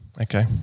Okay